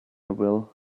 will